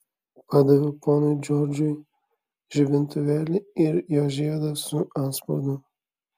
padaviau ponui džordžui žibintuvėlį ir jo žiedą su antspaudu